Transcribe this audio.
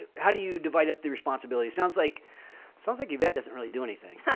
you how do you divide up the responsibilities? sounds like sounds like you've got doesn't really do anything.